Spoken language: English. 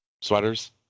sweaters